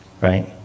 right